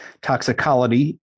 Toxicology